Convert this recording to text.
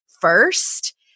first